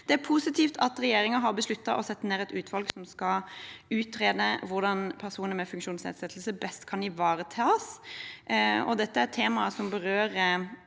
Det er positivt at regjeringen har besluttet å sette ned et utvalg som skal utrede hvordan personer med funksjonsnedsettelse best kan ivaretas. Dette er temaer som berører